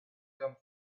come